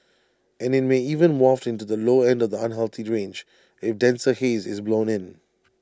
and IT may even waft into the low end of the unhealthy range if denser haze is blown in